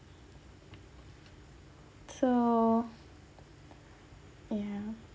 so ya